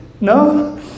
No